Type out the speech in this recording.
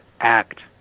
act